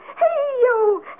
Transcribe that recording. Hey-yo